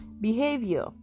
Behavior